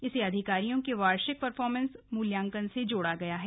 इसे अधिकारियों के वार्षिक परफॉरमेंस मूल्यांकन से जोड़ा गया है